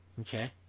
Okay